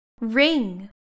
ring